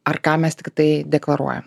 ar ką mes tiktai deklaruojam